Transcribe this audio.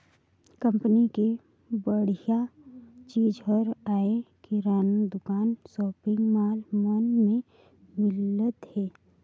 company के बड़िहा चीज हर आयज किराना दुकान, सॉपिंग मॉल मन में मिलत हे